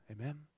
amen